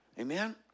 Amen